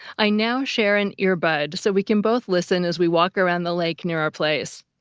i now share an earbud so we can both listen as we walk around the lake near our place.